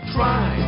Try